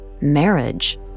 marriage